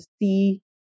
see